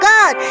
God